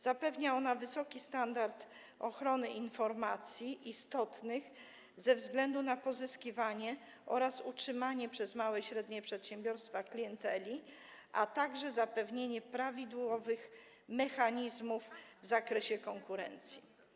Zapewnia ona wysoki standard ochrony informacji istotnych ze względu na pozyskiwanie oraz utrzymanie przez małe i średnie przedsiębiorstwa klienteli, a także zapewnienie prawidłowych mechanizmów w zakresie konkurencji.